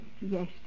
Yes